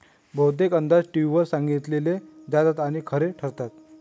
बहुतेक अंदाज टीव्हीवर सांगितले जातात आणि खरे ठरतात